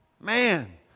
Man